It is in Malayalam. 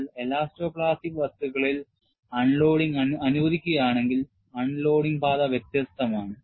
എന്നാൽ എലാസ്റ്റോ പ്ലാസ്റ്റിക് വസ്തുക്കളിൽ അൺലോഡിംഗ് അനുവദിക്കുകയാണെങ്കിൽ അൺലോഡിംഗ് പാത വ്യത്യസ്തമാണ്